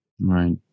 Right